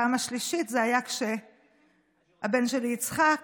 הפעם השלישית הייתה כשהבן שלי יצחק